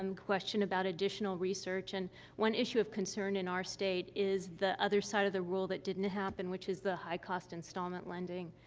um question about additional research, and one issue of concern in our state is the other side of the rule that didn't happen, which is the high-cost installment lending.